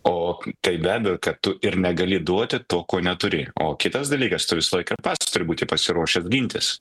o tai be abejo kad tu ir negali duoti to ko neturi o kitas dalykas tu visą laiką ir pats turi būti pasiruošęs gintis